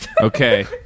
Okay